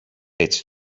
έτσι